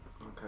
Okay